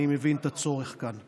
אני מבין את הצורך כאן.